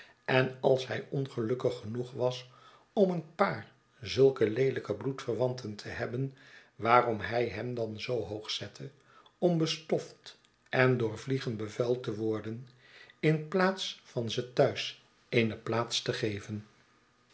en als hij ongelukkig genoeg was om een paar zulke leelijke bioedverwanten te hebben waarom hij hen dan zoo hoog zette om bestoft en door vliegen bevuild te worden in plaats van ze thuis eene plaats te geven